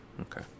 okay